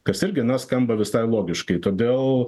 kas irgi na skamba visai logiškai todėl